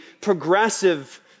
progressive